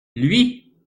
lui